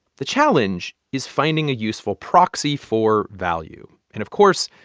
the challenge is finding a useful proxy for value. and, of course,